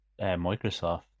microsoft